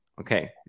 okay